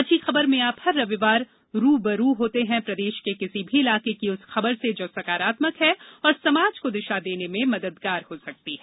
अच्छी खबर में आप हर रविवार रू ब रू होते हैं प्रदेश के किसी भी इलाके की उस खबर से जो सकारात्मक है और समाज को दिशा देने में मददगार हो सकती है